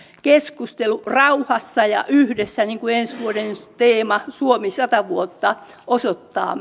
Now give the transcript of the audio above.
keskustelu rauhassa ja yhdessä niin kuin ensi vuoden suomi sata vuotta teema osoittaa